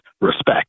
respect